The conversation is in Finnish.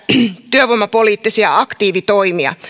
työvoimapoliittisia aktiivitoimia